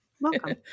Welcome